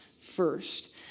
first